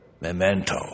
Memento